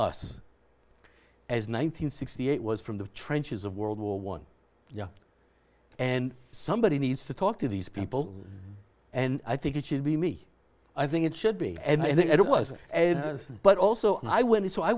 us as nine hundred sixty eight was from the trenches of world war one yeah and somebody needs to talk to these people and i think it should be me i think it should be and i think it was but also i went